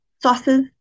sauces